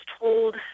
told